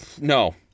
No